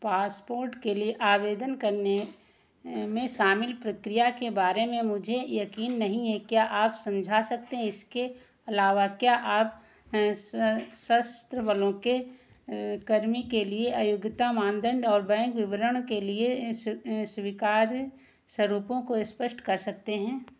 passport के लिए आवेदन करने में शामिल प्रक्रिया के बारे में मुझे यकीन नहीं है क्या आप समझा सकते हैं इसके अलावा क्या आप इस सशस्त्र बलों के कर्मी के लिए अयोग्यता मानदण्ड और बैंक विवरण के लिए स्वीकार्य स्वरूपों को स्पष्ट कर सकते हैं